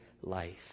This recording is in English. life